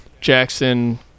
Jackson